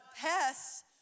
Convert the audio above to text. pests